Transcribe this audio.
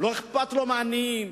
לא אכפת לו מהעניים,